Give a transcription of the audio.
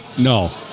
No